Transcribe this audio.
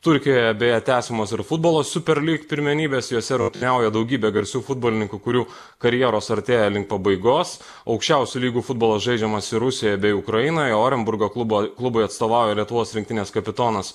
turkijoje beje tęsiamos ir futbolo super lig pirmenybės jose rungtyniauja daugybė garsių futbolininkų kurių karjeros artėja link pabaigos aukščiausių lygų futbolas žaidžiamas ir rusijoj bei ukrainoje orenburgo klubo klubui atstovauja lietuvos rinktinės kapitonas